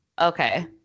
Okay